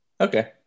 Okay